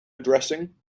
addressing